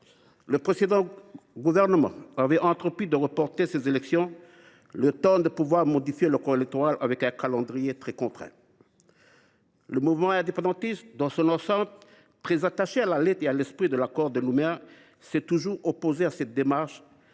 le précédent gouvernement avait décidé de reporter ces élections, le temps de modifier le corps électoral dans un calendrier très contraint. Le mouvement indépendantiste dans son ensemble, très attaché à la lettre et à l’esprit de l’accord de Nouméa, s’est toujours opposé à cette démarche